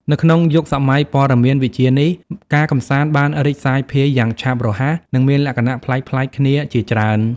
នៅក្នុងយុគសម័យព័ត៌មានវិទ្យានេះ ការកម្សាន្តបានរីកសាយភាយយ៉ាងឆាប់រហ័ស និងមានលក្ខណៈប្លែកៗគ្នាជាច្រើន។